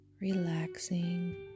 relaxing